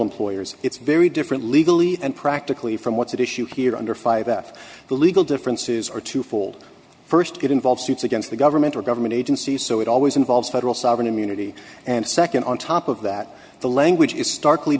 employers it's very different legally and practically from what's at issue here under five that the legal differences are twofold first to get involve suits against the government or government agencies so it always involves federal sovereign immunity and second on top of that the language is starkly